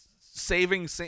saving